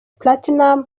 platinum